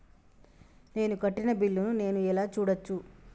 నేను కట్టిన బిల్లు ను నేను ఎలా చూడచ్చు?